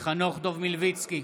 חנוך דב מלביצקי,